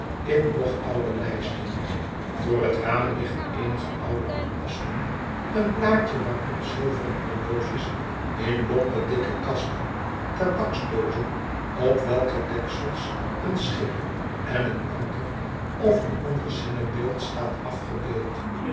in nog ouder iijsten voor het raam iiggen eenige oude kompassen een blaadje waarop eenige zilveren horologies in lompe dikke kasten tabaksdoozen op welker deksels een schip en een anker of een ander zinnebeeld staat afgebeeld